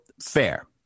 fair